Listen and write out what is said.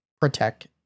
protect